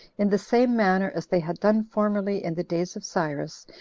in the same manner as they had done formerly in the days of cyrus,